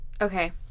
Okay